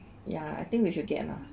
ya I think we should get lah